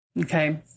Okay